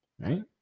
Right